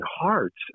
hearts